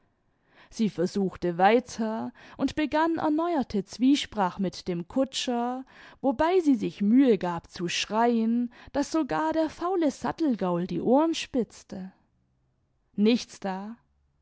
sie versuchte weiter und begann erneuerte zwiesprach mit dem kutscher wobei sie sich mühe gab zu schreien daß sogar der faule sattelgaul die ohren spitzte nichts da